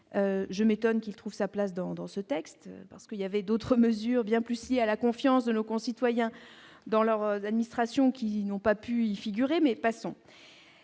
je m'étonne qu'il trouve sa place dans dans ce texte, parce qu'il y avait d'autres mesures, bien plus, il a la confiance de nos concitoyens dans leur administration, qui n'ont pas pu figurer mais passons